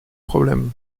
problèmes